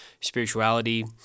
spirituality